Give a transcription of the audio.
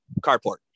carport